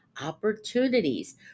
opportunities